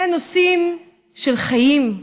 אלה נושאים של חיים,